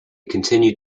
continued